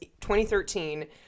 2013